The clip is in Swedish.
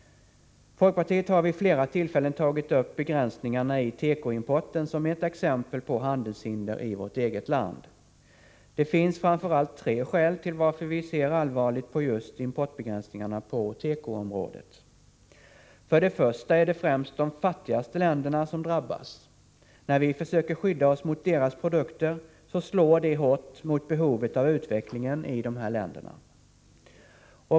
Folkpartiet har vid flera tillfällen tagit upp begränsningarna i tekoimporten som ett exempel på handelshinder i vårt eget land. Det finns framför allt tre skäl till att vi ser allvarligt på just importbegränsningarna på tekoområdet. För det första är det främst de fattigaste länderna som drabbas. När vi försöker skydda oss mot deras produkter slår det hårt mot behovet av utveckling i dessa länder.